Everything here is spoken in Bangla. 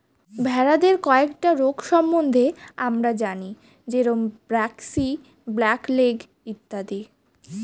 ভেড়াদের কয়েকটা রোগ সম্বন্ধে আমরা জানি যেরম ব্র্যাক্সি, ব্ল্যাক লেগ ইত্যাদি